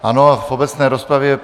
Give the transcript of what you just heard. Ano, v obecné rozpravě...